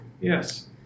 Yes